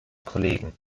kollegen